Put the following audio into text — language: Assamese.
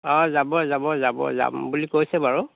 যাব যাব যাব যাম বুলি কৈছে বাৰু